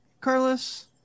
Carlos